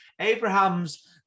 Abraham's